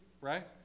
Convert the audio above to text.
right